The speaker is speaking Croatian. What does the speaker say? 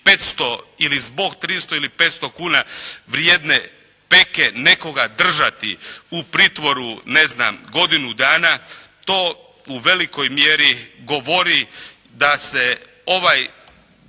500 ili zbog 300 ili 500 kuna vrijedne peke nekoga držati u pritvoru godinu dana, to u velikoj mjeri govori da se ovaj